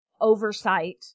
oversight